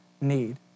need